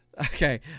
okay